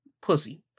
pussy